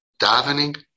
davening